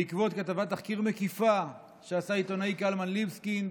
בעקבות כתבת תחקיר מקיפה שעשה העיתונאי קלמן ליבסקינד